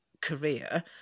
career